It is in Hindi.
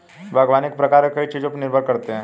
बागवानी के प्रकार कई चीजों पर निर्भर करते है